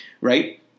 right